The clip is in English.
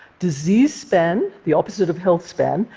disease span, the opposite of health span,